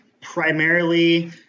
primarily